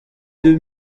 deux